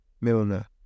Milner